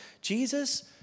Jesus